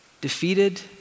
defeated